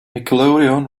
nickelodeon